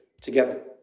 together